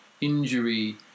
injury